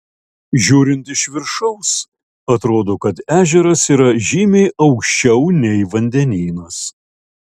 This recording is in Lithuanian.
žiūrint iš viršaus atrodo kad ežeras yra žymiai aukščiau nei vandenynas